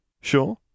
Sure